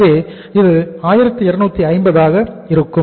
எனவே இது 1250 ஆக இருக்கும்